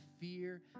fear